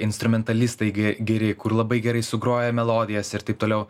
instrumentalistai ge geri kur labai gerai sugroja melodijas ir taip toliau